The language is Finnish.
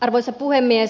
arvoisa puhemies